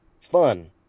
Fun